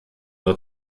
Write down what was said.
der